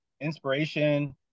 inspiration